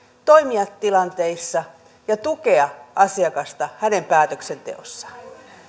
toimia tilanteissa ja tukea asiakasta hänen päätöksenteossaan